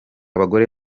abagore